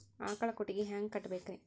ಆಕಳ ಕೊಟ್ಟಿಗಿ ಹ್ಯಾಂಗ್ ಕಟ್ಟಬೇಕ್ರಿ?